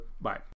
Bye